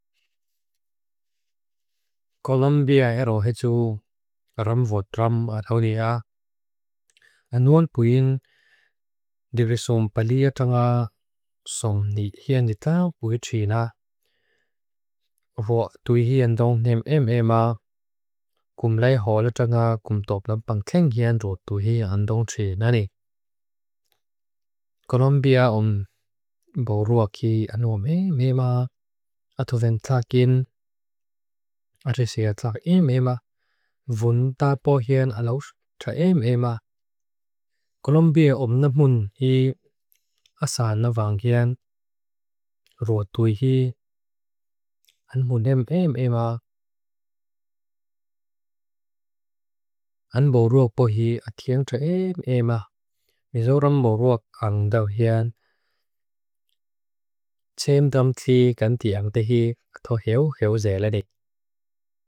Kolumbia ero hetu ram vod ram ad haunea. Anuon puin dirisum palia tanga song nijianita vui tina. Vo tuijian dong neem eem eema kum lei hola tanga kum topla pangtengian ro tuijian dong tina ne. Kolumbia om boruak i anuon eem eema atuven tagin. Atisea tak eem eema vun ta pohian alos tra eem eema. Kolumbia om namun hi asana vangian ro tuiji. An munem eem eema an boruak pohi atian tra eem eema. Misuram moruak ang daw hian. Tsem tam ti ganti ang dihi. Toh hiu hiu ze le ne.